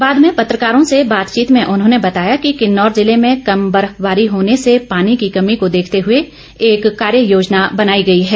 बाद में पत्रकारों से बातचीत में उन्होंने बताया कि किन्नौर जिले में कम बर्फबारी होने से पानी की कमी को देखते हुए एक कार्य योजना बनाई गई है